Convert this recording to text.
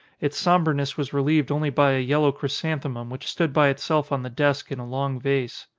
its sombreness was relieved only by a yellow chrysan themum which stood by itself on the desk in a long vase.